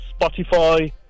Spotify